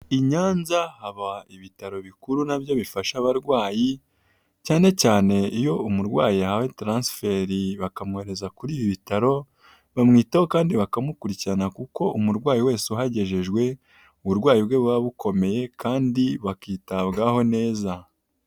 I nyanza haba ibitaro bikuru nabyo bifasha abarwayi cyane cyane iyo umurwayi ya ahawe taransiferi bakamwohereza kuri ibi bitaro, bamwitaho kandi bakamukurikirana kuko umurwayi wese uhagejejwe uburwayi bwe buba bukomeye kandi bakitabwaho neza.